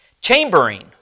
Chambering